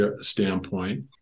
standpoint